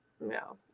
No